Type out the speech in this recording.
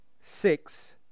six